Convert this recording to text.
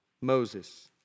Moses